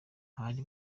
abari